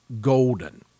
golden